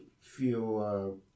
feel